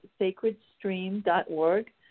sacredstream.org